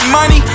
money